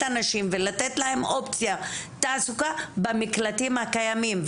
הנשים ולתת להן אופציה לתעסוקה במקלטים הקיימים.